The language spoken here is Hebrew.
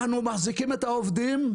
אנחנו מחזיקים את העובדים,